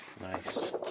Nice